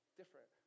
different